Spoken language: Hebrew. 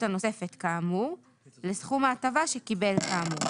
הנוספת כאמור לסכום ההטבה שקיבל כאמור,